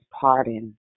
pardon